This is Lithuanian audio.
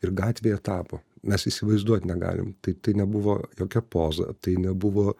ir gatvėje tapo mes įsivaizduot negalim tai tai nebuvo jokia poza tai nebuvo